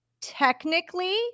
technically